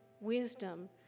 wisdom